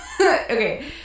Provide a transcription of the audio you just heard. okay